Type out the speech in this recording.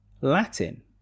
latin